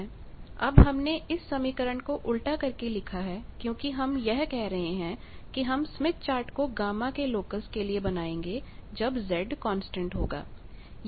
z 1 1 अब हमने इस समीकरण को उल्टा करके लिखा है क्योंकि हम यह कह रहे हैं कि हम स्मिथ चार्ट को गामा के लोकस के लिए बनाएंगे जब Z कांस्टेंट होगा